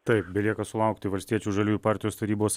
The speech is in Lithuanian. taip belieka sulaukti valstiečių žaliųjų partijos tarybos